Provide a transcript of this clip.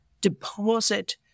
deposit